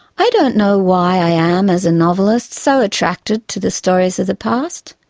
i don't know why i am, as a novelist, so attracted to the stories of the past.